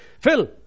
Phil